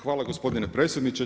Hvala gospodine predsjedniče.